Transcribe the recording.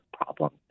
problems